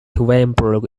weinberg